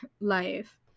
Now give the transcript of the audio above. life